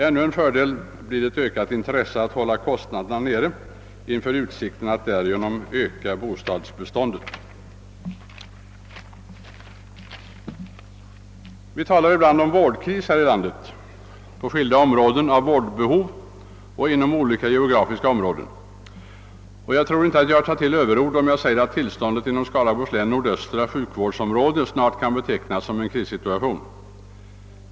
Ännu en fördel blir ett ökat intresse att hålla kostnaderna nere inför utsikten att därigenom öka bostadsbeståndet. Vi talar ibland om vårdkris här i landet — på skilda områden av vårdbehov och inom olika geografiska områden. Jag tror inte att jag tar till överord, om jag säger att tillståndet inom Skaraborgs läns nordöstra sjukvårdsområde snart kan betecknas som en krissituation.